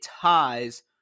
ties